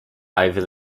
over